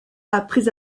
après